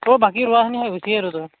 অঁ বাকী ৰোৱাখিনি শেষ হৈছি আৰু ধৰ